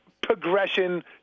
progression